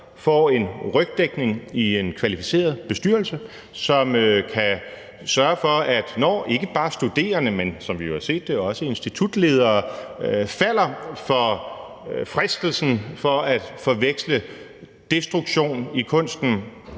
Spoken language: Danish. får en rygdækning i en kvalificeret bestyrelse. For når ikke bare studerende, men også institutledere, som vi jo har set det, falder for fristelsen til at forveksle destruktion i kunsten